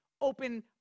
open